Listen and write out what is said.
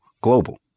global